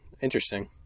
interesting